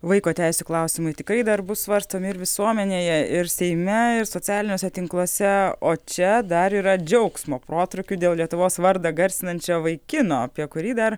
vaiko teisių klausimai tikrai dar bus svarstomi ir visuomenėje ir seime ir socialiniuose tinkluose o čia dar yra džiaugsmo protrūkių dėl lietuvos vardą garsinančio vaikino apie kurį dar